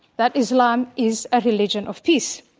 that islam is a religion of peace,